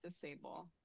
disable